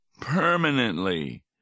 permanently